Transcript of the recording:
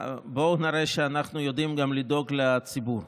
בואו נראה שאנחנו יודעים גם לדאוג לציבור.